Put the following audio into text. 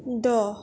द